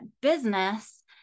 business